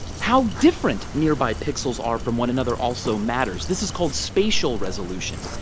how different nearby pixels are from one another also matters. this is called spatial resolution.